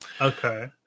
Okay